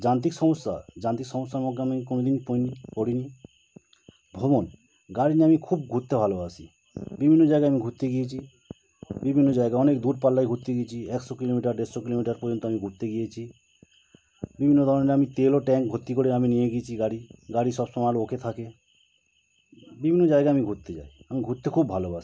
যান্ত্রিক সমস্যা যান্ত্রিক সমস্যার মধ্যে আমি কোনো দিন পড়িনি ভ্রমণ গাড়ি নিয়ে আমি খুব ঘুরতে ভালোবাসি বিভিন্ন জায়গায় আমি ঘুরতে গিয়েছি বিভিন্ন জায়গায় অনেক দূরপাল্লায় ঘুরতে গিয়েছি একশো কিলোমিটার দেড়শো কিলোমিটার পর্যন্ত আমি ঘুরতে গিয়েছি বিভিন্ন ধরনের আমি তেল ও ট্যাঙ্ক ভর্তি করে আমি নিয়ে গিয়েছি গাড়ি গাড়ি সব সময় আরো ওকে থাকে বিভিন্ন জায়গায় আমি ঘুরতে যাই আমি ঘুরতে খুব ভালোবাসি